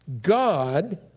God